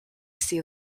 see